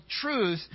truth